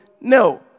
No